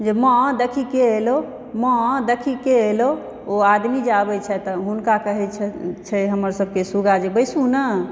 जे माँ देखही के एलौ माँ देखही के एलौ ओ आदमी जे आबै छै तऽ हुनका कहै छै हमर सबकेँ सुगा जे बैसु ने